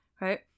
Right